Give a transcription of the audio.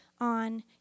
on